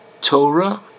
Torah